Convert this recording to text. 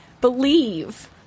believe